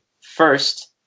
first